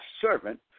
servant